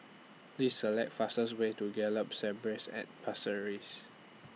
Please Select fastest Way to Gallop Stables At Pasir Ris